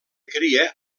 cria